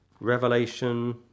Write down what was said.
Revelation